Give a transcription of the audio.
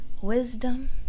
wisdom